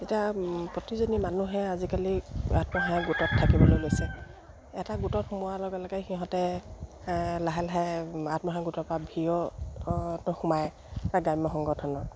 এতিয়া প্ৰতিজনী মানুহে আজিকালি আত্মসহায়ক গোটত থাকিবলৈ লৈছে এটা গোটত সোমোৱাৰ লগে লগে সিহঁতে লাহে লাহে আত্মসহায়ক গোটৰ পৰা সোমায় এটা গ্ৰাম্য সংগঠনৰ